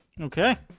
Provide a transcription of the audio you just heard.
Okay